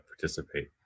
participate